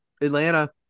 Atlanta